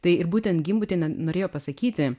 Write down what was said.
tai ir būtent gimbutienė norėjo pasakyti